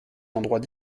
endroits